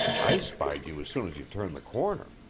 i spied you as soon as you turned the corner.